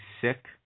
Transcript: sick